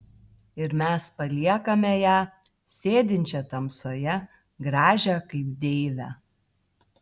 ir mes paliekame ją sėdinčią tamsoje gražią kaip deivę